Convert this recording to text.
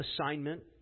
assignment